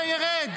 זה ירד.